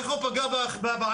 איך הוא פגע בעסקים,